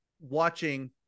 watching